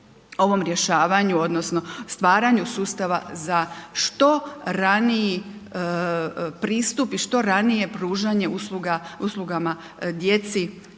ovom rješavanju odnosno stvaranju sustava za što raniji pristupu i što ranije pružanje uslugama djeci